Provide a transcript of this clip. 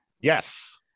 Yes